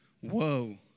Whoa